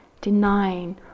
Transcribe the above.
denying